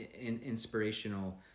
inspirational